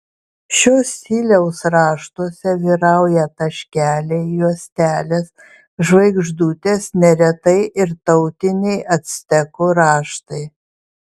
šio stiliaus raštuose vyrauja taškeliai juostelės žvaigždutės neretai ir tautiniai actekų raštai